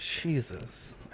Jesus